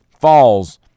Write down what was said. falls